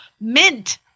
mint